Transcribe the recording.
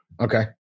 Okay